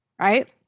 right